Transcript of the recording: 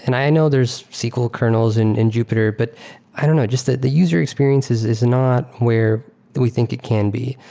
and i know there's sql kernels in in jupyter, but i don't know. the the user experience is is not where we think it can be.